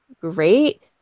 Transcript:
great